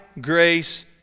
grace